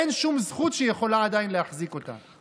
אין שום זכות שיכולה עדיין להחזיק אותה.